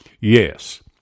Yes